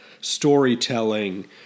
storytelling